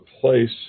place